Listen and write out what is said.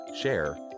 share